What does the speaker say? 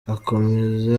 akomeza